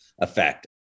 effect